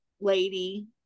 lady